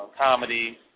comedy